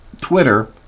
Twitter